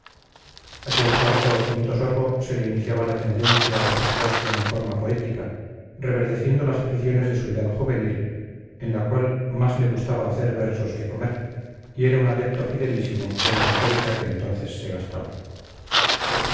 hacia el cuarto o quinto sorbo se le iniciaba la tendencia a expresarse en forma poética reverdeciendo las aficiones de su edad juvenil en la cual más le gustaba hacer versos que comer y era un adepto fidelísimo de la retórica que entonces se gastaba